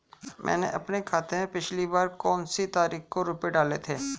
मैंने अपने खाते में पिछली बार कौनसी तारीख को रुपये डाले थे?